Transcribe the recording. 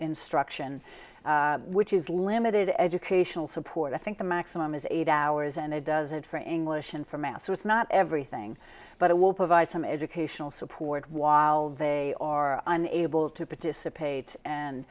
instruction which is limited educational support i think the maximum is eight hours and it does it for english and for mass was not everything but it will provide some educational support while they are unable to participate and